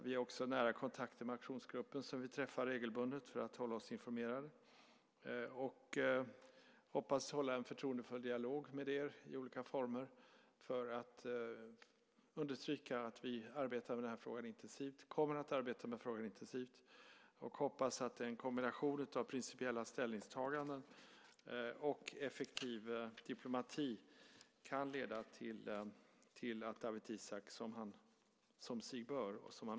Vi har också nära kontakter med aktionsgruppen, som vi träffar regelbundet för att hålla oss informerade. Vi hoppas få hålla en förtroendefull dialog med er i olika former för att understryka att vi arbetar med frågan intensivt. Vi kommer att arbeta intensivt med frågan, och vi hoppas att en kombination av principiella ställningstaganden och effektiv diplomati kan leda till att Dawit Isaak, som sig bör, friges.